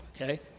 okay